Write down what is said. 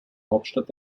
hauptstadt